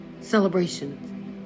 celebrations